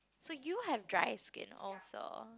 so you have dry skin also